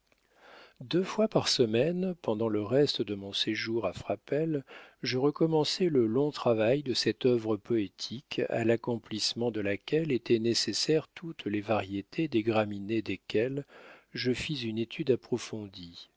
deux fois par semaine pendant le reste de mon séjour à frapesle je recommençai le long travail de cette œuvre poétique à l'accomplissement de laquelle étaient nécessaires toutes les variétés des graminées desquelles je fis une étude approfondie